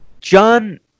John